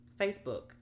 Facebook